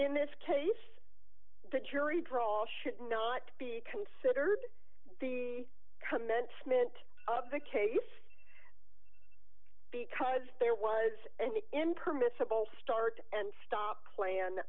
in this case the jury draw should not be considered the commencement of the case because there was an impermissible start and stop plan